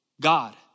God